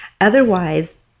Otherwise